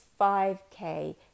5k